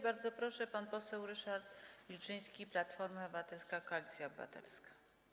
Bardzo proszę, pan poseł Ryszard Wilczyński, Platforma Obywatelska - Koalicja Obywatelska.